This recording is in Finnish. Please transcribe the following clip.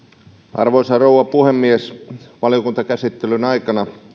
arvoisa rouva puhemies valiokuntakäsittelyn aikana